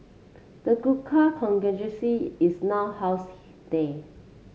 the Gurkha is now housed there